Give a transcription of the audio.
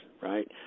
right